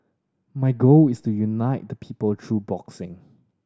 my goal is to unite the people through boxing